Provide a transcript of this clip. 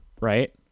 Right